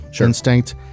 instinct